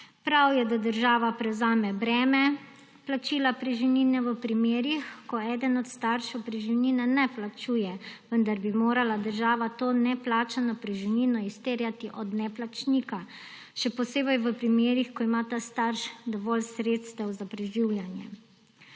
Prav je, da država prevzame breme plačila preživnine v primerih, ko eden od staršev preživnine ne plačuje, vendar bi morala država to neplačano preživnino izterjati od neplačnika. Še posebej v primerih, ko ima ta starš dovolj sredstev za preživljanje.